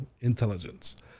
intelligence